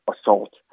assault